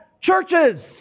churches